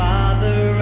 Father